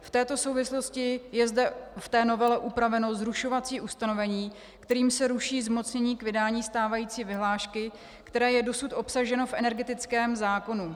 V této souvislosti je v novele upraveno zrušovací ustanovení, kterým se ruší zmocnění k vydání stávající vyhlášky, které je dosud obsaženo v energetickém zákonu.